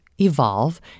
evolve